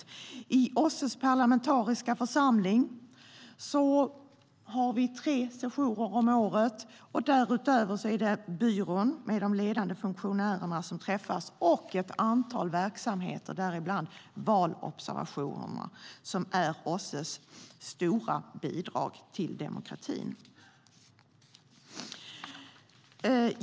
Dels finns OSSE:s parlamentariska församling, där vi har tre sessioner om året. Därutöver finns byrån, med de ledande funktionärerna som träffas, och ett antal verksamheter, däribland valobservationerna, som är OSSE:s stora bidrag till demokratin.